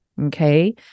Okay